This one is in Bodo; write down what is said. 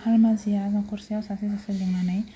हालमाजिया नखरसेयाव सासे सासे लिंनानै